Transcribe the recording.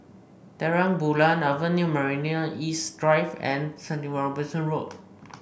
Terang Bulan Avenue Marina East Drive and Seventy One Robinson Road